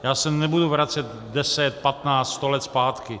Já se nebudu vracet deset, patnáct, sto let zpátky.